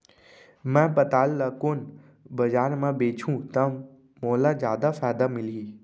मैं पताल ल कोन बजार म बेचहुँ त मोला जादा फायदा मिलही?